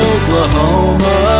Oklahoma